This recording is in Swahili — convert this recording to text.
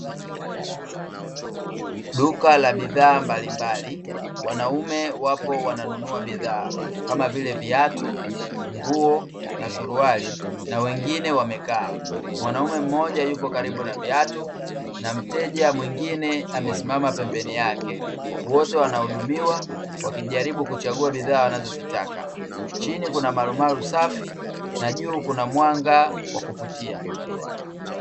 Duka la bidhaa mbalimbali, wanaume wapo wananunua bidhaa kama vile: viatu, nguo na suruali na wengine wamekaa, mwanaume mmoja yupo karibu na viatu na mteja mwingine amesimama pembeni yake wote wanahudumiwa wakijaribu kuchagua bidhaa wanazozitaka, chini kuna marumaru safi na juu kuna mwanga wa kuvutia.